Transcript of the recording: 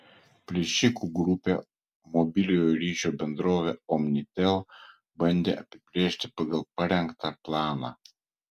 plėšikų grupė mobiliojo ryšio bendrovę omnitel bandė apiplėšti pagal parengtą planą